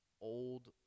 old